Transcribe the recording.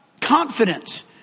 Confidence